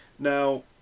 Now